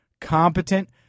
competent